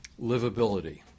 Livability